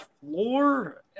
floor